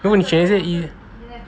如果你选那些 ea~